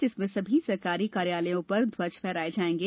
जिसमें सभी सरकारी कार्यालयों पर ध्वज फहराये जायेंगे